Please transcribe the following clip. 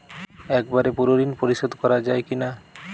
একবারে পুরো ঋণ পরিশোধ করা যায় কি না?